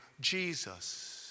Jesus